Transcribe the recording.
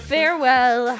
Farewell